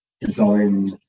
design